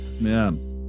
man